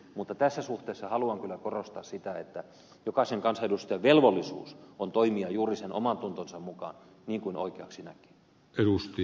mutta tässä suhteessa haluan kyllä korostaa sitä että jokaisen kansanedustajan velvollisuus on toimia juuri omantuntonsa mukaan niin kuin oikeaksi näkee